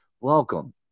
Welcome